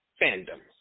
fandoms